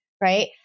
right